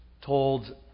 told